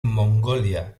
mongolia